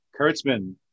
Kurtzman